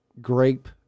grape